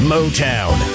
Motown